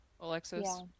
Alexis